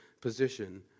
position